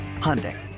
Hyundai